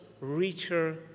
richer